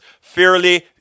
fairly